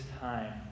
time